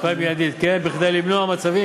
התחולה היא מיידית, כן, כדי למנוע מצבים,